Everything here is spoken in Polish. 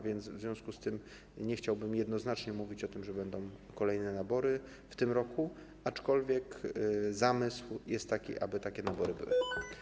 W związku z tym nie chciałbym jednoznacznie mówić o tym, że będą kolejne nabory w tym roku, aczkolwiek zamysł jest taki, aby takie nabory były.